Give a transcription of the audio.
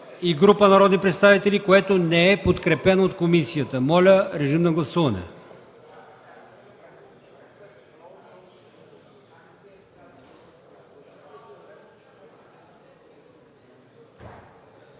и група народни представители, което не е подкрепено от комисията. Моля, режим на гласуване.